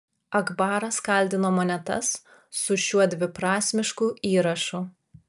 akbaras kaldino monetas su šiuo dviprasmišku įrašu